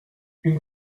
une